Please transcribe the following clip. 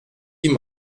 ihm